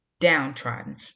downtrodden